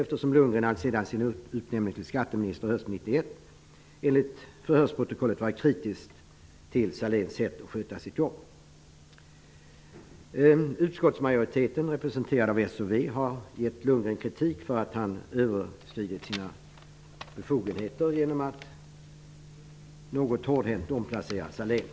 Bo Lundgren var ju alltsedan utnämningen till skatteminister hösten Sahléns sätt att sköta sitt jobb. Socialdemokraterna och Vänsterpartiet, har riktat kritik mot Bo Lundgren för att han överskridit sina befogenheter genom att något hårdhänt omplacera Anders Sahlén.